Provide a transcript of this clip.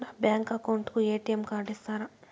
నా bank account కు ATM card ఇస్తారా